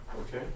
Okay